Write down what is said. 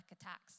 attacks